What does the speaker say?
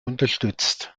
unterstützt